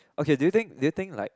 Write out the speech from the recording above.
okay do you think do you think like